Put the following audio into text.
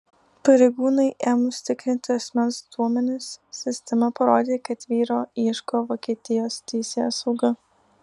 pareigūnui ėmus tikrinti asmens duomenis sistema parodė kad vyro ieško vokietijos teisėsauga